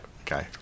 okay